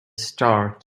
start